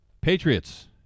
Patriots